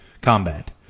combat